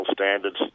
standards